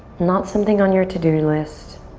not something on your to-do list